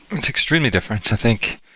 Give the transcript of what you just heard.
it's extremely different. i think,